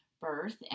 birth